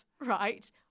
right